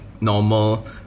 normal